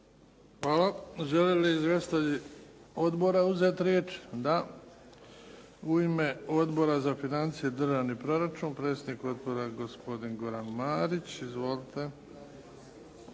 Hvala. Žele li izvjestitelji odbora uzeti riječ? Da. U ime Odbora za financije i državni proračun, predsjednik Odbora gospodin Goran Marić. Izvolite.